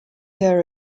their